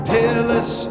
Peerless